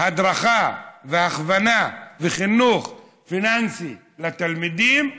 הדרכה והכוונה וחינוך פיננסי לתלמידים,